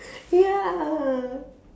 ya